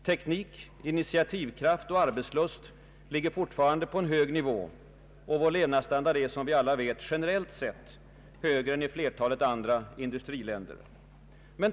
Teknik, initiativkraft och arbetslust ligger fortfarande på en hög nivå, och vår levnadsstandard är som vi alla vet generellt sett högre än i flertalet andra industriländer.